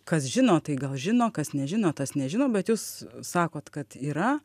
kas žino tai gal žino kas nežino tas nežino bet jūs sakot kad yra